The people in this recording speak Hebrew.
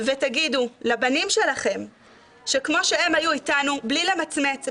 ותגידו לבנים שלכם שכמו שהם היו איתנו בלי למצמץ,